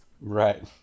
Right